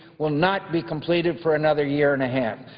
will not be completed for another year and a half.